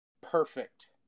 perfect